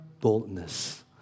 boldness